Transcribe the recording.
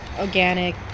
organic